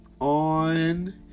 on